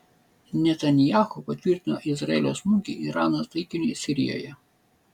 netanyahu patvirtino izraelio smūgį irano taikiniui sirijoje